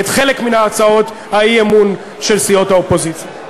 את חלק מהצעות האי-אמון של סיעות האופוזיציה.